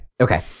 Okay